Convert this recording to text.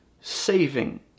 saving